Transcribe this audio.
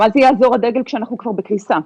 מה זה יעזור הדגל כשאנחנו כבר בקריסה?